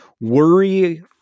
worry